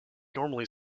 normally